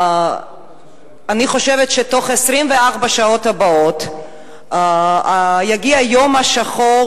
אני חושבת שתוך 24 השעות הבאות יגיע היום השחור